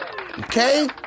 Okay